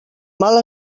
mal